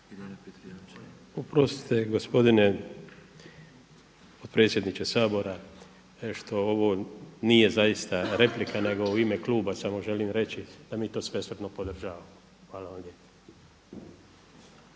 Oprostite gospodine potpredsjedniče Sabora što ovo nije zaista replika, nego samo u ime kluba želim reći da mi to svesrdno podržavamo. Hvala vam lijepo.